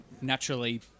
naturally